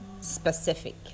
specific